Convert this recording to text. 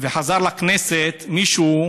וחזר לכנסת הוא מישהו